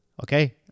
Okay